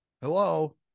Hello